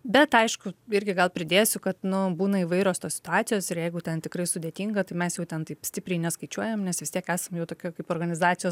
bet aišku irgi gal pridėsiu kad nu būna įvairios tos situacijos ir jeigu ten tikrai sudėtinga tai mes jau ten taip stipriai neskaičiuojam nes vis tiek esam jau tokia kaip organizacijos